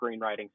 screenwriting